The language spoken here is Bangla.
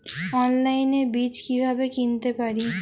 অনলাইনে বীজ কীভাবে কিনতে পারি?